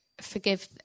forgive